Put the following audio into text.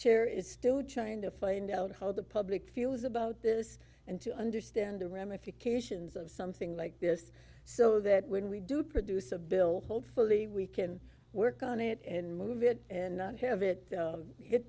chair is trying to find out how the public feels about this and to understand the ramifications of something like this so that when we do produce a bill hopefully we can work on it and move it and not have it